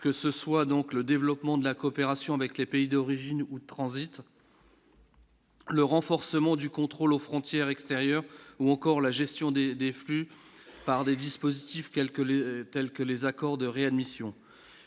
que ce soit donc le développement de la coopération avec les pays d'origine, où transitent. Le renforcement du contrôle aux frontières extérieures ou encore la gestion des des flux par des dispositifs quelques le tels que les accords de réadmission,